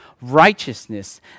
righteousness